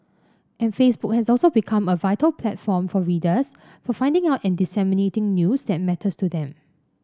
and Facebook has also become a vital platform for readers for finding out and disseminating news that matters to them